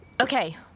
Okay